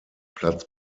platz